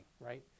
right